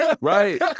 Right